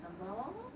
sembawang lor